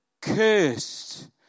cursed